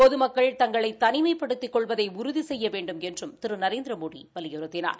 பொதுமக்கள் தங்களை தனிமைப்படுத்திக் கொள்வதை உறுதி செய்ய வேண்டுமென்றும் திரு நரேந்திரமோடி வலியுறுத்தினார்